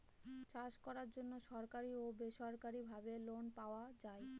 চাষ করার জন্য সরকারি ও বেসরকারি ভাবে লোন পাওয়া যায়